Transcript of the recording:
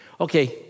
Okay